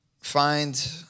find